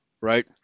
right